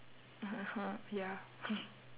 (uh huh) ya